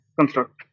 construct